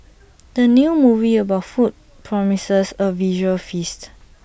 the new movie about food promises A visual feast